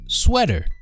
sweater